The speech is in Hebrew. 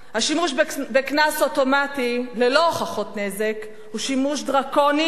השימוש בקנס אוטומטי ללא הוכחות נזק הוא שימוש דרקוני,